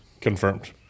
Confirmed